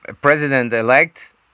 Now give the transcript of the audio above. president-elect